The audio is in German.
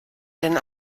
den